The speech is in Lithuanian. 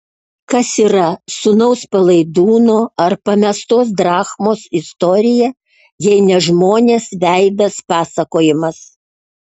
kas yra sūnaus palaidūno ar pamestos drachmos istorija jei ne žmonės veidas pasakojimas